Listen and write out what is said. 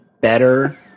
better